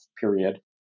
period